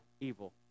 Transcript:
evil